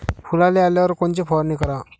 फुलाले आल्यावर कोनची फवारनी कराव?